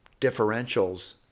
differentials